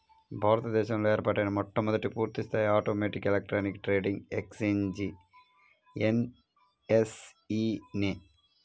భారత దేశంలో ఏర్పాటైన మొట్టమొదటి పూర్తిస్థాయి automatic electronic trading exchange NSE నే